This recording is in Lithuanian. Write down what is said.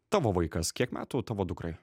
tavo vaikas kiek metų tavo dukrai